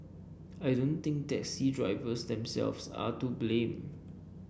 I don't think taxi drivers themselves are to blame